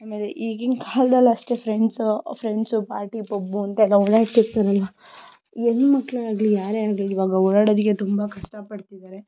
ಆಮೇಲೆ ಈಗಿನ ಕಾಲದಲ್ಲಿ ಅಷ್ಟೇ ಫ್ರೆಂಡ್ಸ್ ಫ್ರೆಂಡ್ಸ್ ಪಾರ್ಟಿ ಪಬ್ ಅಂತ ಎಲ್ಲ ಓಡಾಡ್ತಿರ್ತರಲ್ಲ ಹೆಣ್ಣುಮಕ್ಕಳೇ ಆಗಲಿ ಯಾರೇ ಆಗಲಿ ಇವಾಗ ಓಡಾಡೋದಕ್ಕೆ ತುಂಬ ಕಷ್ಟಪಡ್ತಿದ್ದಾರೆ